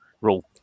rule